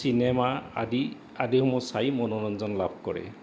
cinema আদি আদিসমূহ চাই মনোৰঞ্জন লাভ কৰে